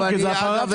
איזה כלא?